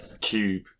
cube